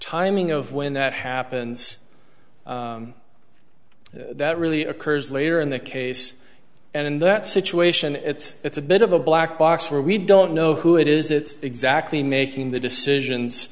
timing of when that happens that really occurs later in the case and in that situation it's a bit of a black box where we don't know who it is it's exactly making the decisions